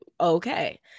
Okay